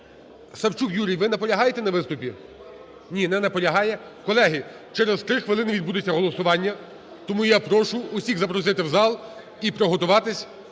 Савчук Юрій, ви наполягаєте на виступі? Ні, не наполягає. Колеги, через 3 хвилини відбудеться голосування. Тому я прошу усіх запросити в зал і приготуватись